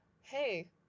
hey